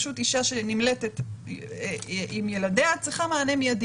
אישה שנמלטת עם ילדיה צריכה מענה מידי.